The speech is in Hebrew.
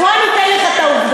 בוא אני אתן לך את העובדות.